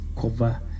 cover